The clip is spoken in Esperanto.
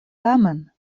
tamen